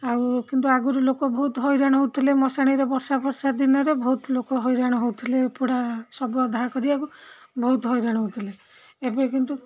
ଆଉ କିନ୍ତୁ ଆଗୁରୁ ଲୋକ ବହୁତ ହଇରାଣ ହଉଥିଲେ ମଶାଣିରେ ବର୍ଷା ଫର୍ଷା ଦିନରେ ବହୁତ ଲୋକ ହଇରାଣ ହଉଥିଲେ ଏ ପୋଡ଼ା ଶବ ଦାହ କରିବାକୁ ବହୁତ ହଇରାଣ ହଉଥିଲେ ଏବେ କିନ୍ତୁ